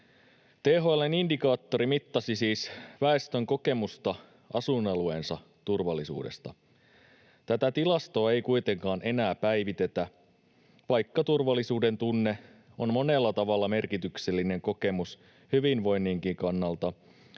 THL:n indikaattori mittasi siis väestön kokemusta asuinalueensa turvallisuudesta. Tätä tilastoa ei kuitenkaan enää päivitetä, vaikka turvallisuudentunne on monella tavalla merkityksellinen kokemus hyvinvoinninkin kannalta,